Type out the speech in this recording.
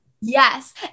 Yes